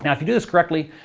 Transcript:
and if you do this correctly,